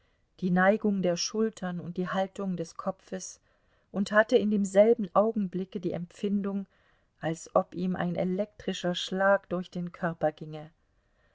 die neigung der schultern und die haltung des kopfes und hatte in demselben augenblicke die empfindung als ob ihm ein elektrischer schlag durch den körper ginge